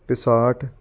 Peugeot